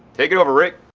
take it over rick,